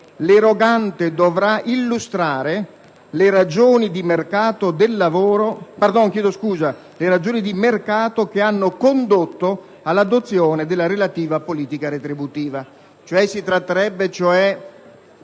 l'erogante dovrà illustrare le ragioni di mercato che hanno condotto all'adozione della relativa politica retributiva.